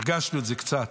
הרגשנו את זה קצת,